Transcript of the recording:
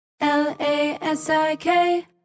L-A-S-I-K